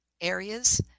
areas